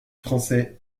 français